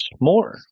more